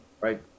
Right